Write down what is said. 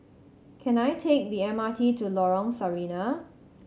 can I take the M R T to Lorong Sarina